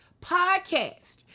Podcast